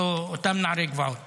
אותם נערי גבעות